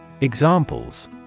Examples